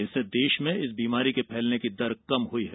इससे देश में इस बीमारी के फैलने की दर कम हुई है